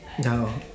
ya lor